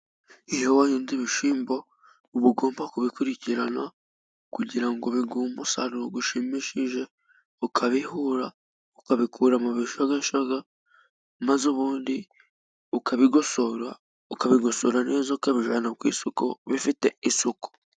Iyo wahinze ibishyimbo uba ugomba kubikurikirana, kugira ngo biguhe umusaruro ushimishije, ukabihura, ukabikura mu bishogoshogo, maze ubundi ukabigosora, ukabigosora neza ukabivana ku isoko bifite isuku.